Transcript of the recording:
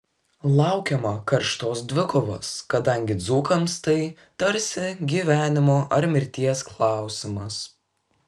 laukiama karštos dvikovos kadangi dzūkams tai tarsi gyvenimo ar mirties klausimas